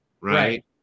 right